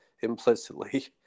implicitly